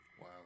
Wow